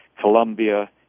Colombia